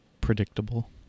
predictable